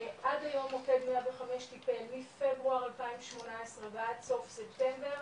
עד היום מוקד 105 טיפל מפברואר 2018 ועד סוף ספטמבר